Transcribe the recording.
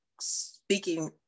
speaking